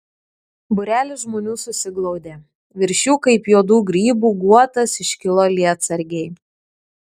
būrelis žmonių susiglaudė virš jų kaip juodų grybų guotas iškilo lietsargiai